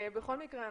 בכל מקרה,